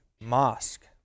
mosque